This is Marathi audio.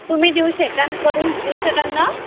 तुम्ही देऊ शकाल करून देऊ शकाल ना